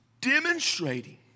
demonstrating